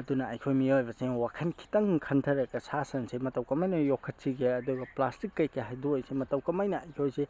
ꯑꯗꯨꯅ ꯑꯩꯈꯣꯏ ꯃꯤꯑꯣꯏꯕꯁꯤꯡ ꯋꯥꯈꯜ ꯈꯤꯇꯪ ꯈꯟꯊꯔꯒ ꯁꯥ ꯁꯟꯁꯦ ꯃꯇꯧ ꯀꯃꯥꯏꯅ ꯌꯣꯛꯈꯠꯁꯤꯒꯦ ꯑꯗꯨꯒ ꯄ꯭ꯂꯥꯁꯇꯤꯛ ꯀꯩꯀꯩ ꯌꯩꯗꯣꯛꯏꯁꯦ ꯃꯇꯧ ꯀꯃꯥꯏꯅ ꯃꯣꯏꯁꯦ